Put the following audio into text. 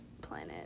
planet